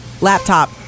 laptop